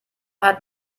hat